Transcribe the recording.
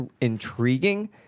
intriguing